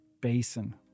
Basin